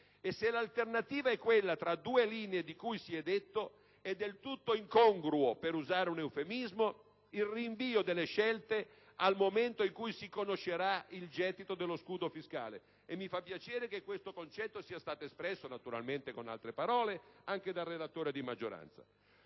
E se l'alternativa è quella tra le due linee di cui si è detto, è del tutto incongruo - per usare un eufemismo - il rinvio delle scelte al momento in cui si conoscerà il gettito dello scudo fiscale. E mi fa piacere che questo concetto sia stato espresso - naturalmente con altre parole - anche dal relatore di maggioranza.